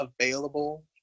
available